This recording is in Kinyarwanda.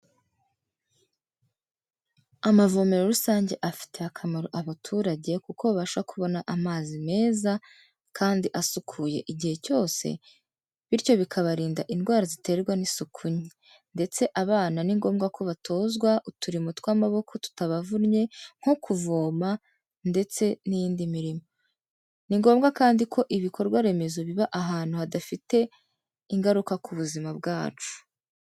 Amavomero rusange afitiye akamaro abaturage, kuko babasha kubona amazi meza kandi asukuye igihe cyose, bityo bikabarinda indwara ziterwa n'isuku nke. Ndetse abana ni ngombwa ko batozwa uturimo tw'amaboko tutabavunnye, nko kuvoma ndetse n'indi mirimo. Ni ngombwa kandi ko ibikorwaremezo biba ahantu hadafite ingaruka ku buzima bwacu.